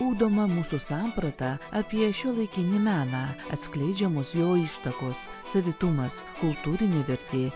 ugdoma mūsų samprata apie šiuolaikinį meną atskleidžiamos jo ištakos savitumas kultūrinė vertė